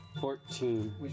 fourteen